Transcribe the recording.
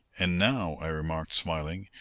and now, i remarked, smiling,